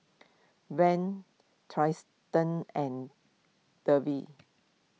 Vern Triston and Devin